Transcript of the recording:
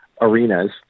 Arenas